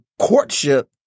courtship